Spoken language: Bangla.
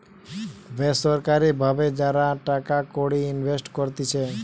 বেসরকারি ভাবে যারা টাকা কড়ি ইনভেস্ট করতিছে